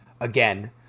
again